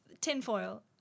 tinfoil